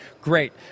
great